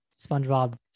SpongeBob